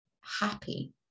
happy